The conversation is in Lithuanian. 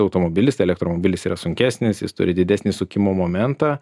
automobilis elektromobilis yra sunkesnis jis turi didesnį sukimo momentą